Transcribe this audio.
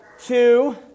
two